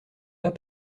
pas